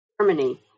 Germany